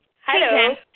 Hello